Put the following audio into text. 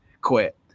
quit